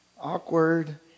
awkward